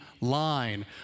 line